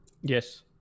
Yes